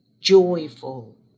joyful